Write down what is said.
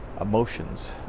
emotions